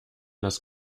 das